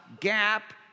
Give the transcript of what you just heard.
Gap